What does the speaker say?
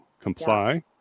comply